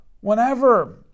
whenever